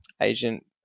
agent